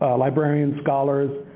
librarians, scholars,